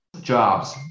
jobs